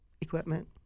equipment